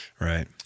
Right